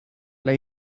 lay